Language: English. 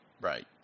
Right